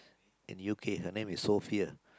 in U_K her name is Sophia